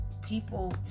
people